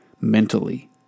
mentally